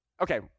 Okay